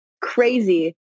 crazy